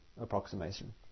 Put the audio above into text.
approximation